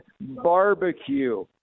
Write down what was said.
Barbecue